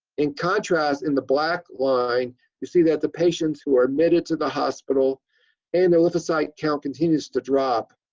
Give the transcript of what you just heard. in contrast, in the black line you see that the patients who are admitted to the hospital and the lymphocyte count continues to drop.